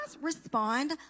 respond